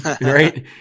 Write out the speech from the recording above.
right